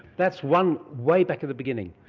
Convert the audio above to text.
that's one way back at the beginning.